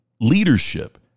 leadership